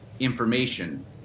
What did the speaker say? Information